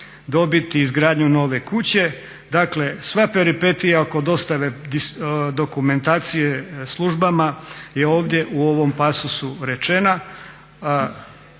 dobiti izgradnju nove kuće. Dakle sva peripetija oko dostave dokumentacije službama je ovdje u ovom pasusu rečena,